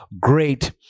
great